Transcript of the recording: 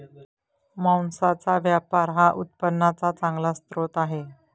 मांसाचा व्यापार हा उत्पन्नाचा चांगला स्रोत आहे